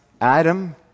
Adam